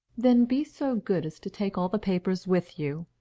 then be so good as to take all the papers with you.